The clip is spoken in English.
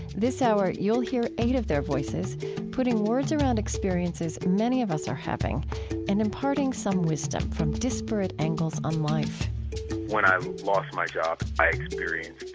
this hour you'll hear eight of their voices putting words around experiences many of us are having and imparting some wisdom from disparate angles on life when i lost my job, i experienced